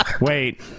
Wait